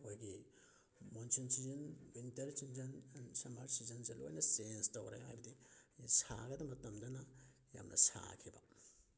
ꯑꯩꯈꯣꯏꯒꯤ monsoon season winter season summer ꯁꯤꯖꯟꯁꯦ ꯂꯣꯏꯅ ꯆꯦꯟꯖ ꯇꯧꯔꯦ ꯍꯥꯏꯕꯗꯤ ꯁꯥꯒꯗꯕ ꯃꯇꯝꯗꯅ ꯌꯥꯝꯅ ꯁꯥꯈꯤꯕ